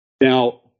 Now